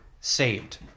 saved